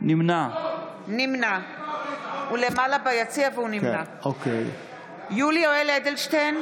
נמנע יולי יואל אדלשטיין,